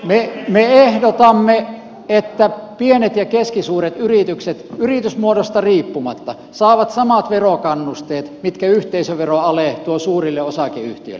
me ehdotamme että pienet ja keskisuuret yritykset yritysmuodosta riippumatta saavat samat verokannusteet mitkä yhteisöveroale tuo suurille osakeyhtiöille